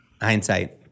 Hindsight